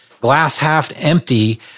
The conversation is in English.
glass-half-empty